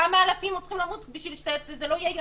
כמה אלפים עוד צריכים למות בשביל שזה לא יהיה ישר?